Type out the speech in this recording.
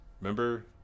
remember